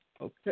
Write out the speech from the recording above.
okay